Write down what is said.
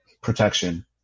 protection